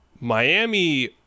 Miami